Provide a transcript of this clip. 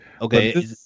okay